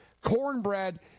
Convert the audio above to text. Cornbread